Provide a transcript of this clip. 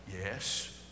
Yes